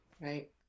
Right